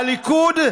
הליכוד,